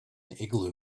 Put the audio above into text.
igloo